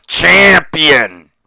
champion